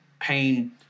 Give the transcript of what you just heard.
pain